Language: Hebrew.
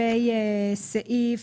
שהוכנסה בסעיף